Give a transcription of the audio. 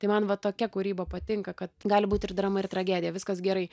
tai man va tokia kūryba patinka kad gali būt ir drama ir tragedija viskas gerai